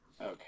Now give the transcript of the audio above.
okay